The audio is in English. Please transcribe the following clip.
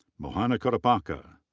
mohana kodipaka.